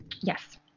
yes